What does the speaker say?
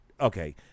Okay